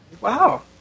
Wow